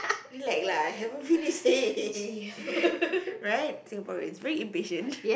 relax lah I haven't finish saying right Singaporeans very impatient